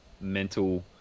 mental